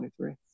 23